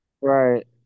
right